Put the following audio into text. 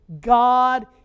God